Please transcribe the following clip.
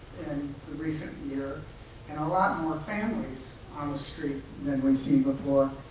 in the recent year and a lot more families on the street than we've seen before.